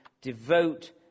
devote